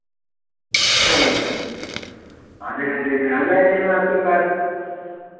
ह्म्म ह्म्म ह्म्म ह्म्म आधे घंटे में आ जाएँगे हम आपके पास